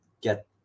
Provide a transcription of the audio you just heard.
get